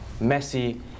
Messi